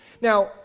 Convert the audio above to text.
Now